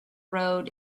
road